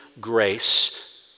grace